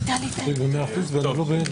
בבקשה.